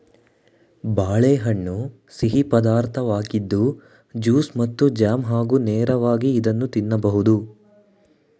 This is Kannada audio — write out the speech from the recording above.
ಬಾಳೆಹಣ್ಣು ಸಿಹಿ ಪದಾರ್ಥವಾಗಿದ್ದು ಜ್ಯೂಸ್ ಮತ್ತು ಜಾಮ್ ಹಾಗೂ ನೇರವಾಗಿ ಇದನ್ನು ತಿನ್ನಬೋದು